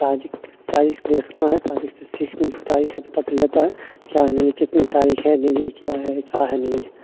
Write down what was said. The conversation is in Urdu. تاریخ تاریخ دیکھنا ہے تاریخ سے سیکھ تاریخ سے پتا چل جاتا ہے کیا نہیں ہے کتنی تاریخ ہے نہیں ہے کیا ہے کیا ہے نہیں ہے